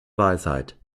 weisheit